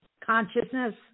consciousness